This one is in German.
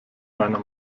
meiner